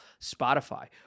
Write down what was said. Spotify